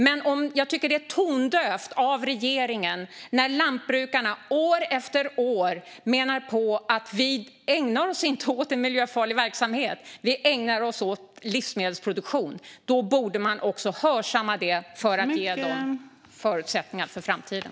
Men jag tycker att detta är tondövt av regeringen när lantbrukarna år efter år menar att de inte ägnar sig åt en miljöfarlig verksamhet utan att de ägnar sig åt livsmedelsproduktion. Då borde man också hörsamma det för att ge dem förutsättningar för framtiden.